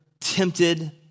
tempted